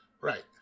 Right